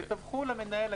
תדווחו למנהל,